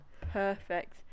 Perfect